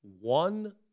one